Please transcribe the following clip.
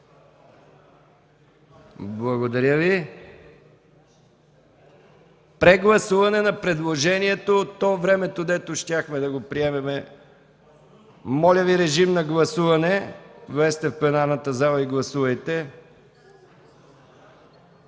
Благодаря Ви. Прегласуване на предложението – времето, дето щяхме да го приемем. Моля Ви, режим на гласуване – влезте в пленарната зала и гласувайте.